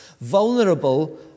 vulnerable